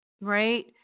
Right